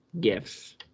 gifts